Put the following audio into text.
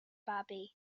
babi